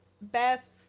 Beth